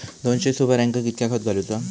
दोनशे सुपार्यांका कितक्या खत घालूचा?